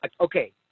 okay